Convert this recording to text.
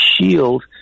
shield